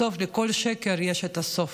בסוף לכל שקר יש את הסוף,